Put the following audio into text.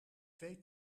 twee